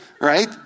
right